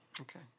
Okay